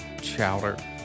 Chowder